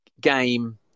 game